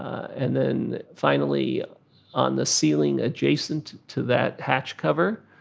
and then finally on the ceiling adjacent to that hatch cover,